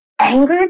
anger